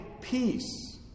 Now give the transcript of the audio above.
Peace